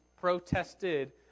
protested